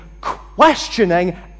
questioning